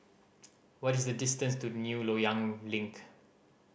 what is the distance to New Loyang Link